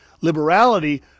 liberality